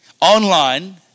Online